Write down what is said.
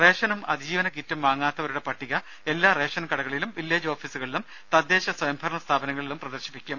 റേഷനും അതിജീവന കിറ്റും വാങ്ങാത്തവരുടെ പട്ടിക എല്ലാ റേഷൻ വില്ലേജ് ഓഫീസുകളിലും തദ്ദേശസ്വയംഭരണ കടകളിലും സ്ഥാപനങ്ങളിലും പ്രദർശിപ്പിക്കും